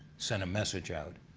send a message out.